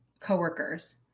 coworkers